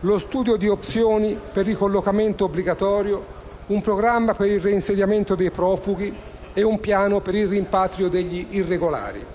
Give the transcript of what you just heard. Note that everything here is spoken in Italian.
lo studio di opzioni per il ricollocamento obbligatorio, un programma per il reinsediamento dei profughi e un piano per il rimpatrio degli irregolari.